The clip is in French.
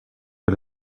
que